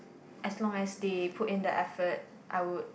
as long as they put in the effort I would